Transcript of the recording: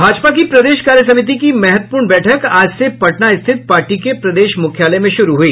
भाजपा की प्रदेश कार्य समिति की महत्वपूर्ण बैठक आज से पटना स्थित पार्टी के प्रदेश मुख्यालय में शुरू हुई